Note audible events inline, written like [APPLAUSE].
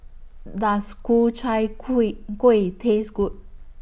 Does Ku Chai [UNINTELLIGIBLE] Kuih Taste Good